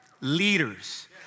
Leaders